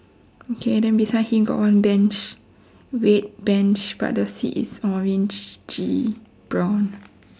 okay then beside him got one bench red bench but the seat is orangey brown